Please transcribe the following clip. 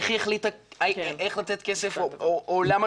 איך היא החליטה איך לתת כסף או למה